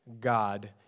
God